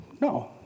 No